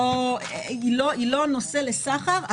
היא לא נושא לסחר,